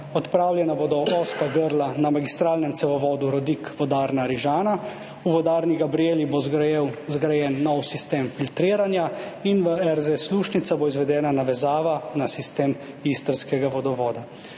odpravljena bodo ozka grla na magistralnem cevovodu Rodik–vodarna Rižana, v Vodarni Gabrijeli bo zgrajen nov sistem filtriranja in v RZ Slušnica bo izvedena navezava na sistem istrskega vodovoda.